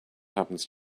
happens